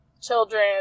children